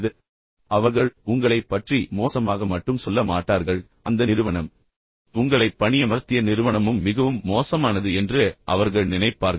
எனவே அவர்கள் உங்களைப் பற்றி மோசமாக மட்டும் சொல்ல மாட்டார்கள் ஆனால் அந்த நிறுவனம் உங்களை பணியமர்த்திய நிறுவனமும் மிகவும் மோசமானது என்று அவர்கள் நினைப்பார்கள்